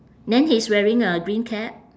then he's wearing a green cap